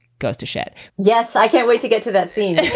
goes to shit yes. i can't wait to get to that scene,